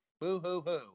Boo-hoo-hoo